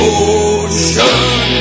ocean